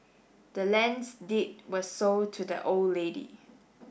the land's deed was sold to the old lady